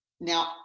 Now